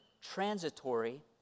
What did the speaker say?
transitory